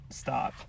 stop